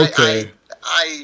Okay